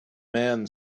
man